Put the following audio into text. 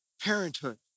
parenthood